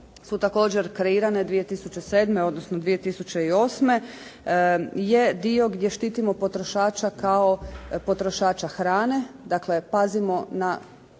su također kreirane 2007., odnosno 2008. je dio gdje štitimo potrošača kao potrošača hrane, dakle pazimo na